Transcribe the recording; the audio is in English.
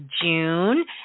June